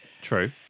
True